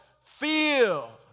feel